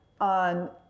on